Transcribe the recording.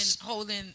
Holding